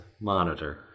monitor